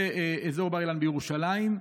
באזור בר-אילן בירושלים,